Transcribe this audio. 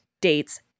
dates